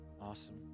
Awesome